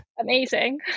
amazing